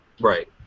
Right